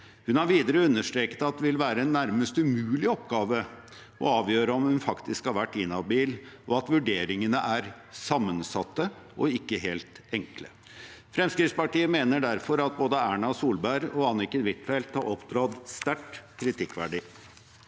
Hun har videre understreket at det vil være «en nærmest umulig oppgave» å avgjøre om hun faktisk har vært inhabil, og at vurderingene er «sammensatte og ikke helt enkle». Fremskrittspartiet mener derfor at både Erna Solberg og Anniken Huitfeldt har opptrådt sterkt kritikkverdig.